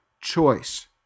choice